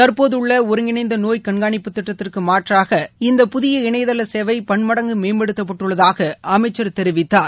தற்போதுள்ள ஒருங்கிணைந்த நோய் கண்காணிப்பு திட்டத்திற்கு மாற்றாக இந்த புதிய இணையதள சேவை பன்மடங்கு மேம்படுத்தப்பட்டுள்ளதாக அமைச்சர் தெரிவித்தார்